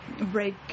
break